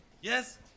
Yes